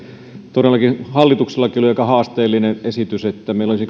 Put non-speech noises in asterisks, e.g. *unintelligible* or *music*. todellakin hallituksellakin oli aika haasteellinen esitys että meillä olisi *unintelligible*